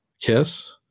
kiss